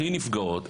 הכי נפגעות,